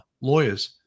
lawyers